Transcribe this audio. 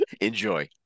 Enjoy